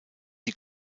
die